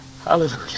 Hallelujah